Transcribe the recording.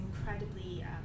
incredibly